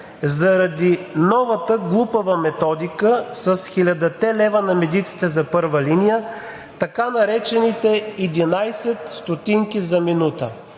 заради новата глупава методика с 1000-та лева на медиците за първа линия, така наречените 0,11 ст. за минута.